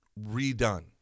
redone